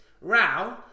row